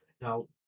Now